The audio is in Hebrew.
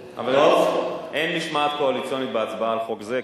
טוב, אין משמעת קואליציונית בהצבעה על חוק זה.